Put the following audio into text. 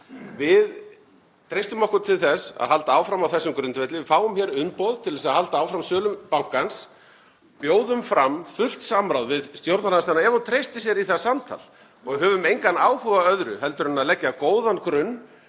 Við treystum okkur til þess að halda áfram á þessum grundvelli ef við fáum umboð til að halda áfram sölu bankans og bjóðum fram fullt samráð við stjórnarandstöðuna ef hún treystir sér í það samtal. Við höfum engan áhuga á öðru en að leggja góðan grunn